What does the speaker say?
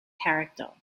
character